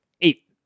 Eight